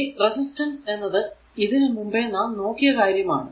ഈ റെസിസ്റ്റൻസ് എന്നത് ഇതിനു മുമ്പേ നാം നോക്കിയ കാര്യം ആണ്